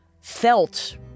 felt